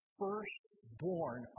firstborn